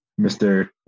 Mr